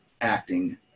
acting